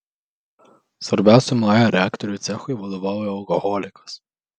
svarbiausiam ae reaktorių cechui vadovauja alkoholikas